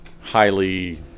highly